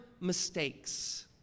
mistakes